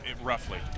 roughly